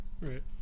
Right